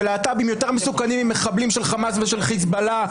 שלהט"בים יותר מסוכנים ממחבלים של חמאס ושל חיזבאללה,